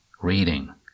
reading